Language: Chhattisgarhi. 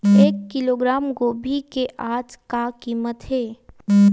एक किलोग्राम गोभी के आज का कीमत हे?